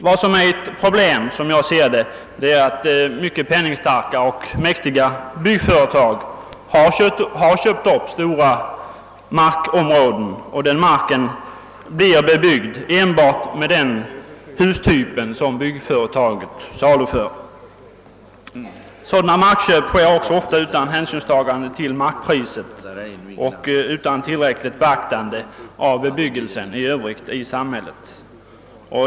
Vad som är ett problem — som jag ser det är att mycket penningstarka och mäktiga byggföretag har köpt upp stora markområden, som blir bebyggda «enbart med den hustyp som byggföretaget saluför. Sådana markköp sker också ofta utan hänsynstagande till markpriset och utan tillräckligt beaktande av bebyggelsen i Övrigt i samhället.